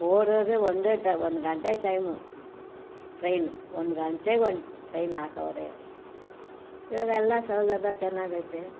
ಓಡೋದೆ ಒಂದೇ ತ ಒಂದು ಗಂಟೆ ಟೈಮು ಟ್ರೈನು ಒಂದು ಗಂಟೆಗೊಂದು ಟ್ರೈನ್ ಹಾಕವ್ರೆ ಇವಾಗೆಲ್ಲ ಸೌಲಭ್ಯ ಚೆನ್ನಾಗೈತೆ